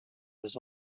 was